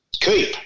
keep